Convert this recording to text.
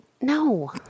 No